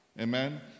amen